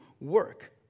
work